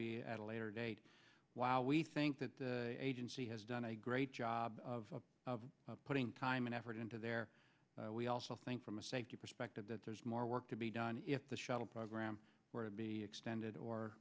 be at a later date while we think that the agency has done a great job of putting time and effort into their we also think from a safety perspective that there's more work to be done if the shuttle program where to be extended or